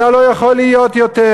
אתה לא יכול להיות עוד.